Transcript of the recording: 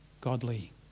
godly